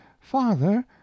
Father